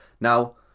now